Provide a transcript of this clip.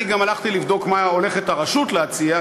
אני גם הלכתי לבדוק מה הולכת הרשות להציע,